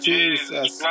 Jesus